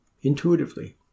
intuitively